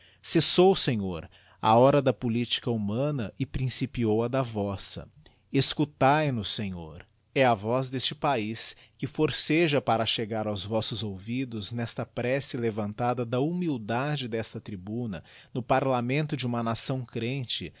presença cessou senhor a hora da politica humana e principiou a da vossa escutae nos senhor e a voz deste paiz que forceja para chegar aob vossos ouvidos nesta prece levantada da humildade desta tribuna no parlamento de uma nação crente